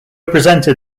presented